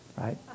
Right